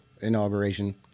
inauguration